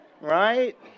Right